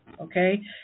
okay